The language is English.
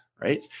right